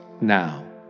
now